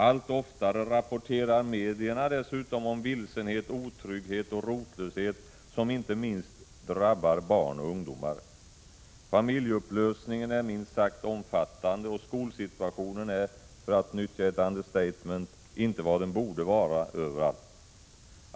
Allt oftare rapporterar medier dessutom om vilsenhet, otrygghet och rotlöshet, som inte minst drabbar barn och ungdomar. Familjeupplösningen är minst sagt omfattande, och skolsituationen är, för att nyttja ett understatement, inte vad den borde vara överallt.